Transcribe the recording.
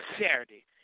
Saturday